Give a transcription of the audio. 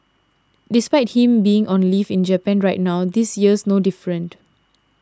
despite him being on leave in Japan right now this year's no different